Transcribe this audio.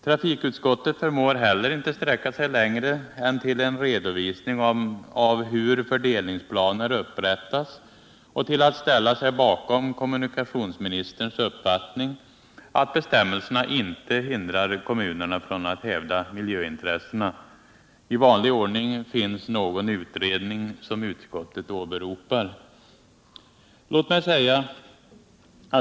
Trafikutskottet förmår heller inte sträcka sig längre än till en redovisning av hur = fördelningsplaner upprättas och till att ställa sig bakom kommunikationsministerns uppfattning att bestämmelserna inte hindrar kommunerna från att hävda miljöintressena. I vanlig ordning finns det någon utredning som utskottet åberopar.